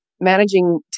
managing